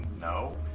No